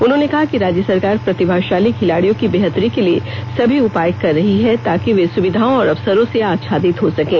उन्होंने कहा कि राज्य सरकार प्रतिभाशाली खिलाड़ियों की बेहतरी के सभी उपाय कर रही है ताकि वे सुविधाओं और अवसरों से आच्छादित हो सकें